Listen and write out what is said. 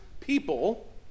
people